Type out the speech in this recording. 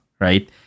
Right